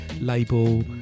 label